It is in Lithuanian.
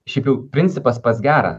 šiaip jau principas pats geras